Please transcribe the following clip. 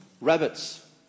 rabbits